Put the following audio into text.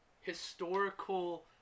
historical